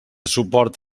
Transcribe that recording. suport